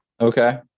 Okay